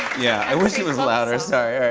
yeah, i wish it was louder. sorry. alright,